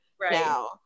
Right